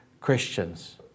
Christians